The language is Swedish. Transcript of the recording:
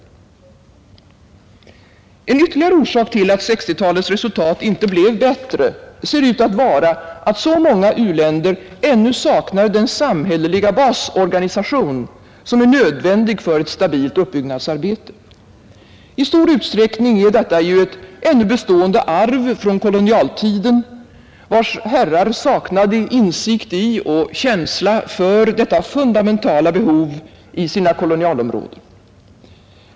En ytterligare orsak till att 1960-talets resultat inte blev bättre ser ut att vara att så många u-länder ännu saknar den samhälleliga basorganisation som är nödvändig för ett stabilt uppbyggnadsarbete. I stor utsträckning är detta ett ännu bestående arv från kolonialtiden, vars herrar saknade insikt i och känsla för detta fundamentala behov i sina kolonialområden.